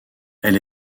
elle